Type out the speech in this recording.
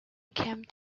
came